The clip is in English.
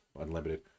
Unlimited